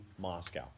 Moscow